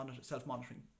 self-monitoring